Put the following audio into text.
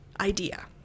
idea